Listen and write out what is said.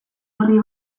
orri